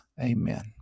amen